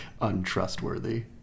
Untrustworthy